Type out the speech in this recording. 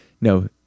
No